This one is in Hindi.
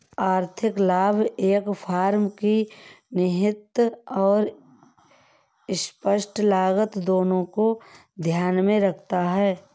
आर्थिक लाभ एक फर्म की निहित और स्पष्ट लागत दोनों को ध्यान में रखता है